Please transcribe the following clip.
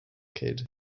kid